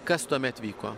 kas tuomet vyko